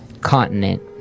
continent